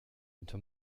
into